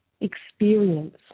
experience